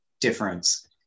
difference